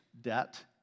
debt